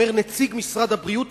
אומר נציג משרד הבריאות,